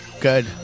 Good